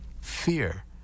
Fear